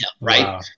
right